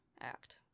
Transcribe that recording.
act